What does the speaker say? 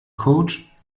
coach